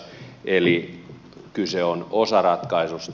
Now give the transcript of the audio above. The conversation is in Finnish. eli kyse on osaratkaisusta